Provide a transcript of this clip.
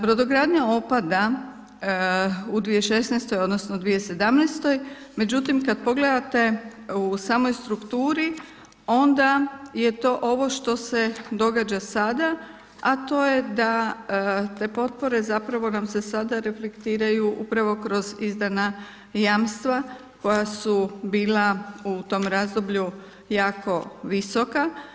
Brodogradnja opada, u 2016. odnosno, 2017. međutim, kada pogledate u samoj strukturi, onda je to ovo što se događa sada, a to je da te potpore zapravo nam se sada reflektiraju prvo kroz izdana jamstva koja su bila u tom razdoblju jako visoka.